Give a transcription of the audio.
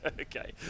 Okay